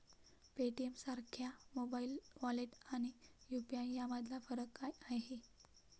पेटीएमसारख्या mobile wallet आणि UPI यामधला फरक काय आहे?